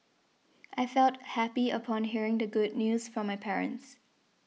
I felt happy upon hearing the good news from my parents